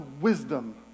wisdom